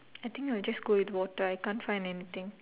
I think I'll just go with water I can't find anything